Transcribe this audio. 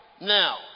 Now